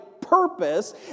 purpose